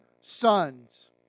sons